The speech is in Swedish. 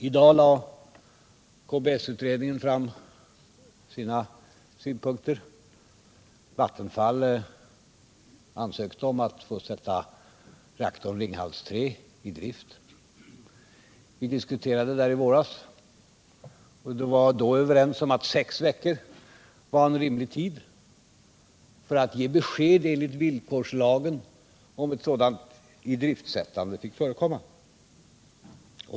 I dag lade KBS-utredningen fram sina synpunkter. Och Vattenfall har ansökt om att få sätta reaktorn Ringhals 3 i drift. Vi diskuterade det här i våras och var då överens om att sex veckor var en rimlig tid för 173 rekomma.